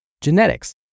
Genetics